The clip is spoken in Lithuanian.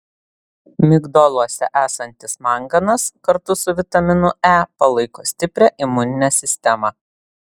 migdoluose esantis manganas kartu su vitaminu e palaiko stiprią imuninę sistemą